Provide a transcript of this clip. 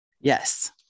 Yes